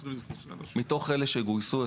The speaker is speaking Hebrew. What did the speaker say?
מתוך אלה שגויסו,